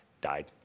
died